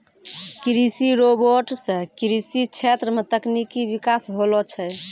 कृषि रोबोट सें कृषि क्षेत्र मे तकनीकी बिकास होलो छै